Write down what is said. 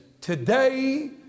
Today